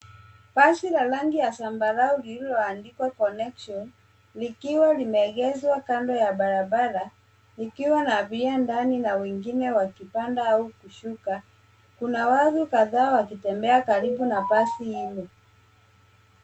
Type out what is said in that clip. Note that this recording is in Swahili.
Basi la rangi ya zambarau lililoandikwa Connection likiwa limeegezwa kando ya barabara, likiwa na abiria ndani na wengine wakipanda au kushuka. Kuna watu kadhaa wakitembea karibu na basi hilo.